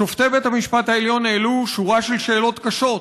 שופטי בית המשפט העליון העלו שורה של שאלות קשות: